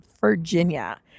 Virginia